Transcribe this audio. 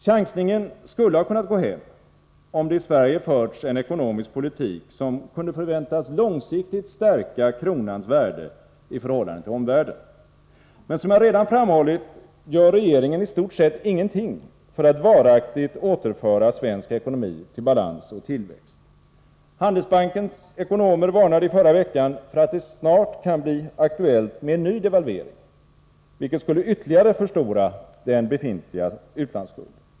Chansningen skulle ha kunnat gå hem, om det i Sverige förts en ekonomisk politik som kunde förväntas långsiktigt stärka kronans värde i förhållande till omvärlden. Men som jag redan framhållit gör regeringen i stort sett ingenting för att varaktigt återföra svensk ekonomi till balans och tillväxt. Handelsbankens ekonomer varnade i förra veckan för att det snart kan bli aktuellt med en ny devalvering, vilket skulle ytterligare förstora den befintliga utlandsskulden.